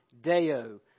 Deo